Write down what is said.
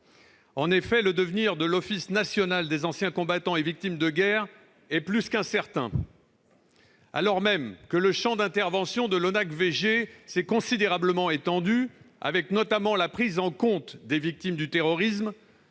En effet, le devenir de l'Office national des anciens combattants et victimes de guerre (ONAC-VG) est plus qu'incertain. Alors même que le champ d'intervention de l'ONAC-VG s'est considérablement étendu, notamment avec la prise en compte des victimes du terrorisme,